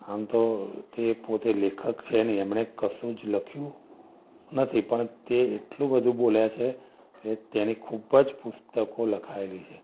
આમ તો તે પોતે લેખક છે નહીં એમણે કશું જ લખ્યુ નથી પણ તે એટલું બધુ બોલ્યા છે કે તેની ખૂબ જ પુસ્તકો લખાયેલી છે